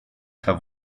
have